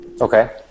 Okay